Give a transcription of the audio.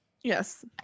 Yes